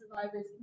survivors